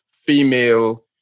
female